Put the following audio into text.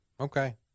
Okay